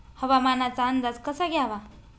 हवामानाचा अंदाज कसा घ्यावा?